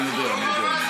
אני יודע, אני יודע.